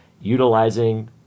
utilizing